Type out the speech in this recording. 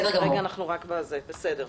בסדר.